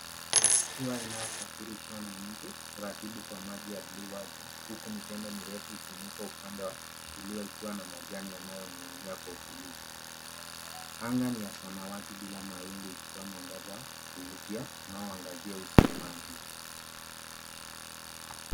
Mashua inayosafiri ikiwa na mtu taratibu kwa maji ya buluu wazi huku mitende mirefu ikiinuka upande wa kulia ikiwa na majani yanayoning'ia kwa utulivu. Anga ni ya samawati bila mawingu ikitoa mwangaza wa kuvutia unaoangazia uso wa maji.